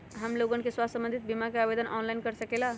हमन लोगन के स्वास्थ्य संबंधित बिमा का आवेदन ऑनलाइन कर सकेला?